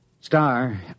Star